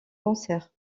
cancer